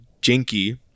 Jinky